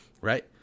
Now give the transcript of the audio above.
Right